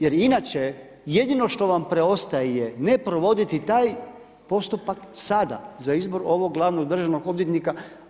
Jer inače jedino što vam preostaje neprovoditi taj postupak sada, za izbor ovog glavnog državnog odvjetnika.